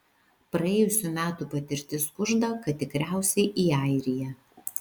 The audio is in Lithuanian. praėjusių metų patirtis kužda kad tikriausiai į airiją